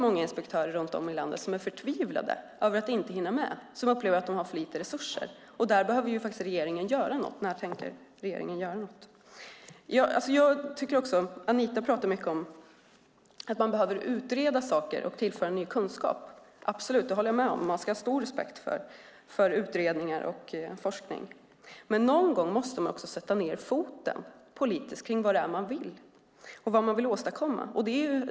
Många inspektörer runt om i landet är förtvivlade över att inte hinna med. De upplever att de har för lite resurser. Där behöver regeringen göra något. När tänker regeringen göra något? Anita talar mycket om att man behöver utreda och tillföra ny kunskap. Det håller jag med om; man ska ha stor respekt för utredningar och forskning. Men någon gång måste man sätta ned foten politiskt och visa vad man vill åstadkomma.